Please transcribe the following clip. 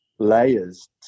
Layers